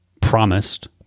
promised